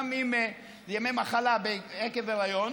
גם אם ימי המחלה עקב היריון,